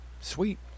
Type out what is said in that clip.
Sweet